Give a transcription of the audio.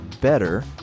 better